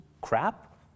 crap